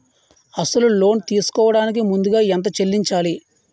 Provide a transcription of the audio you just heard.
అసలు లోన్ తీసుకోడానికి ముందుగా ఎంత చెల్లించాలి?